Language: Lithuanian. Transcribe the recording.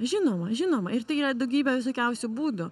žinoma žinoma ir tai yra daugybė visokiausių būdų